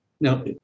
now